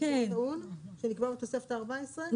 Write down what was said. שנקבע כתוספת ה-14?